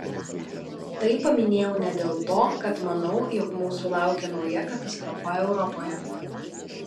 tai paminėjau ne dėl to kad manau jog mūsų laukia nauja katastrofa europoje